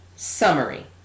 Summary